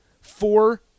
four